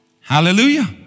Hallelujah